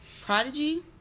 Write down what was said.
Prodigy